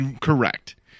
Correct